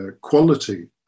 quality